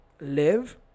Live